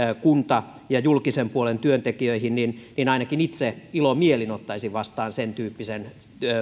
kunta ja julkisen puolen työntekijöihin niin niin ainakin itse ilomielin ottaisin vastaan sentyyppisen